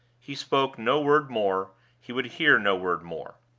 he spoke no word more he would hear no word more.